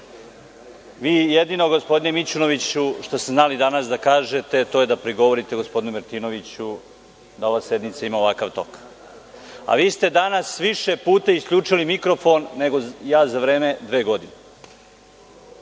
Bečić** Gospodine Mićunoviću, vi jedino što ste znali danas da kažete, to je da prigovorite gospodinu Martinoviću da ova sednica ima ovakav tok, a vi ste danas više puta isključili mikrofon nego ja za dve godine.